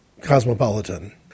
Cosmopolitan